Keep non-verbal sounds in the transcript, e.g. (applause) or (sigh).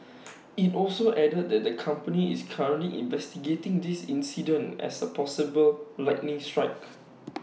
(noise) IT also added that the company is currently investigating this incident as A possible lightning strike (noise)